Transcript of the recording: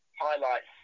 highlights